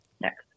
next